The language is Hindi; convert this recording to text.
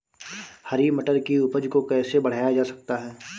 हरी मटर की उपज को कैसे बढ़ाया जा सकता है?